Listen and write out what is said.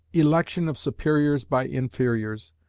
election of superiors by inferiors,